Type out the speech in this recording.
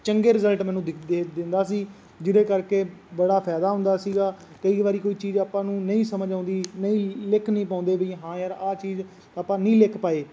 ਚੰਗੇ ਰਿਜਲਟ ਮੈਨੂੰ ਦਿੰਦਾ ਸੀ ਜਿਹਦੇ ਕਰਕੇ ਬੜਾ ਫਾਇਦਾ ਹੁੰਦਾ ਸੀਗਾ ਕਈ ਵਾਰੀ ਕੋਈ ਚੀਜ਼ ਆਪਾਂ ਨੂੰ ਨਹੀਂ ਸਮਝ ਆਉਂਦੀ ਨਹੀਂ ਲਿਖ ਨਹੀਂ ਪਾਉਂਦੇ ਵੀ ਹਾਂ ਯਾਰ ਆਹ ਚੀਜ਼ ਆਪਾਂ ਨਹੀਂ ਲਿਖ ਪਾਏ